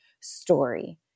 story